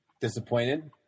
disappointed